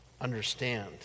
understand